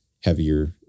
heavier